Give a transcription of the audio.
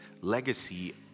legacy